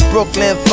Brooklyn